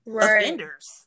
offenders